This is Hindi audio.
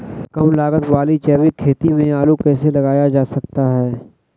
कम लागत वाली जैविक खेती में आलू कैसे लगाया जा सकता है?